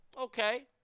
Okay